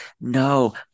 no